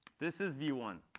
this is v one.